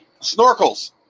Snorkels